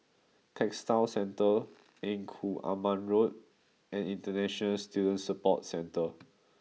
Textile Centre Engku Aman Road and International Student Support Centre